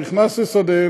נכנס לשדה,